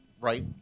right